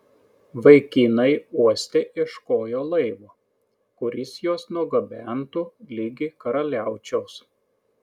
vaikinai uoste ieškojo laivo kuris juos nugabentų ligi karaliaučiaus